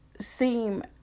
seem